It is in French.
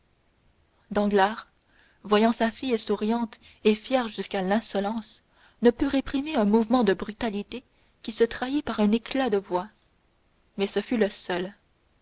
malheureuse danglars voyant sa fille souriante et fière jusqu'à l'insolence ne put réprimer un mouvement de brutalité qui se trahit par un éclat de voix mais ce fut le seul